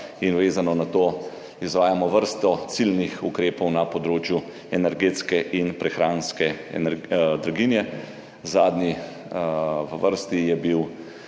in vezano na to izvajamo vrsto ciljnih ukrepov na področju energetske in prehranske draginje. Zadnji v vrsti je bil